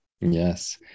Yes